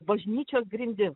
bažnyčios grindis